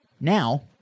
now